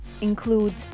include